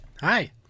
Hi